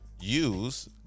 use